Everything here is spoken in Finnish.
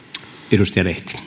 arvoisa